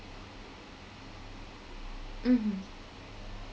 mmhmm